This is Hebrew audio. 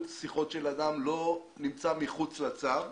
שיחות של אדם זה לא דבר שנמצא מחוץ לצו.